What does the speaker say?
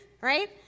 right